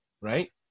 right